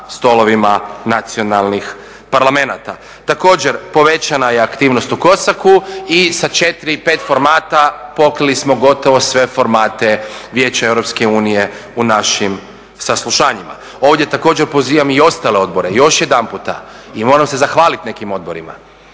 stolovima nacionalnih parlamenata. Također povećana je aktivnost u COSAC-u i sa 4, 5 formata pokrili smo gotovo sve formate Vijeća EU u našim saslušanjima. Ovdje također pozivam i ostale odbore još jedanputa i moram se zahvaliti nekim odborima